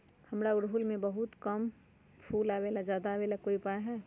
हमारा ओरहुल में बहुत कम फूल आवेला ज्यादा वाले के कोइ उपाय हैं?